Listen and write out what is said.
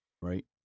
right